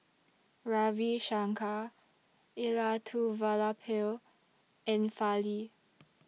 Ravi Shankar Elattuvalapil and Fali